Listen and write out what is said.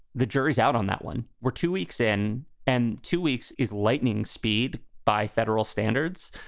the jury's out on that one. we're two weeks in and two weeks is lightning speed by federal standards,